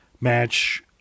match